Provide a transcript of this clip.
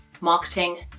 Marketing